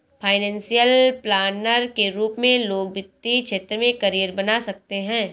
financial planner के रूप में लोग वित्तीय क्षेत्र में करियर बना सकते हैं